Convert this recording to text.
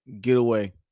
getaway